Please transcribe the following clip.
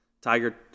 tiger